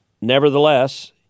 Nevertheless